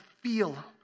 feel